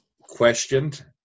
questioned